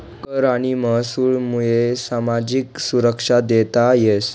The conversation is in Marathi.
कर आणि महसूलमुये सामाजिक सुरक्षा देता येस